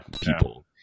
people